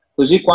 Così